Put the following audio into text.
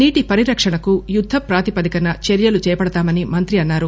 నీటి పరిరక్షణకు యుద్దప్రాతిపదికన చర్యలు చేపడ్తామని మంత్రి అన్సారు